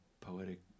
poetic